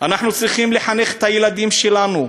אנחנו צריכים לחנך את הילדים שלנו.